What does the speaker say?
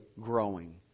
growing